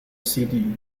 city